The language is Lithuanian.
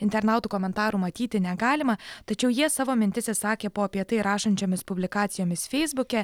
internautų komentarų matyti negalima tačiau jie savo mintis išsakė po apie tai rašančiomis publikacijomis feisbuke